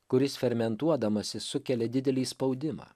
kuris fermentuodamasis sukelia didelį spaudimą